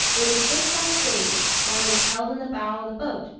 it is fixed on a stage, or it is held in the bow of the boat,